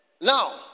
Now